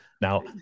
Now